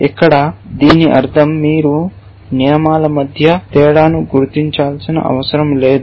ఇక్కడ దీని అర్థం మీరు నియమాల మధ్య తేడాను గుర్తించాల్సిన అవసరం లేదు